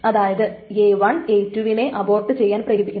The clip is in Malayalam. അതായത് a1a2 വിനെ അബോർട്ട് ചെയ്യാൻ പ്രേരിപ്പിക്കുന്നു